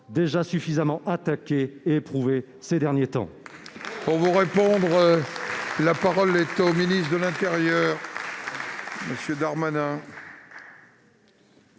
déjà suffisamment attaquées et éprouvées ces derniers temps